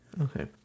Okay